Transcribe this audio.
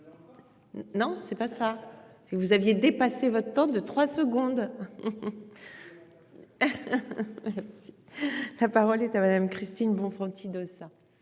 Non c'est pas ça si que vous aviez dépassé votre temps de 3 secondes. La parole est à madame Christine Bonfanti